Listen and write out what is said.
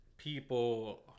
people